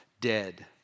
dead